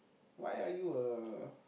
why are you a